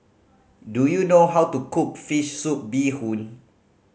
do you know how to cook fish soup bee hoon